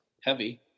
heavy